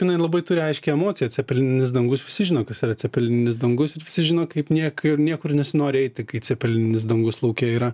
jinai labai turi aiškią emociją cepelininis dangus visi žino kas yra cepelininis dangus visi žino kaip niekur niekur nesinori eiti kai cepelininis dangus lauke yra